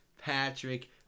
Patrick